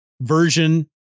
version